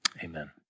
amen